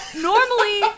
normally